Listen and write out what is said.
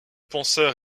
penseurs